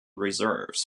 reserves